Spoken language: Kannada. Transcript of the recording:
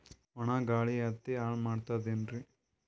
ಒಣಾ ಗಾಳಿ ಹತ್ತಿ ಹಾಳ ಮಾಡತದೇನ್ರಿ?